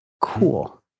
Cool